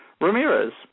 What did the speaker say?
Ramirez